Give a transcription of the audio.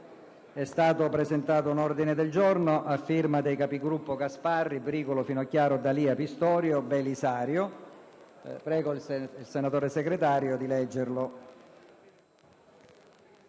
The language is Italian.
è stato presentato l'ordine del giorno G3.100, a firma dei capigruppo Gasparri, Bricolo, Finocchiaro, D'Alia, Pistorio e Belisario. Invito il senatore Segretario a darne